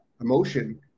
emotion